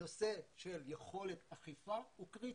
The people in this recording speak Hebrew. הנושא של יכולת אכיפה הוא קריטי.